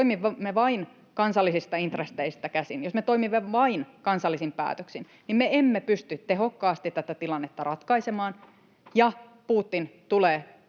me toimimme vain kansallisista intresseistä käsin, jos me toimimme vain kansallisin päätöksin, niin me emme pysty tehokkaasti tätä tilannetta ratkaisemaan ja Putin tulee